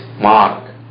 mark